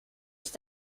ist